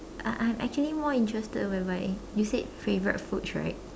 I am actually more interested whereby you said favorite foods right